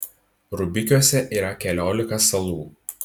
rubikiuose yra keliolika salų